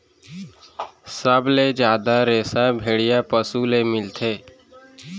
सबले जादा रेसा भेड़िया पसु ले मिलथे